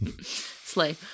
Slay